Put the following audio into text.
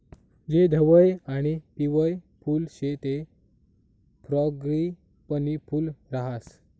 जे धवयं आणि पिवयं फुल शे ते फ्रॉगीपनी फूल राहास